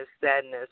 sadness